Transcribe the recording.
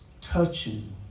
touching